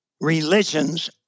religions